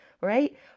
right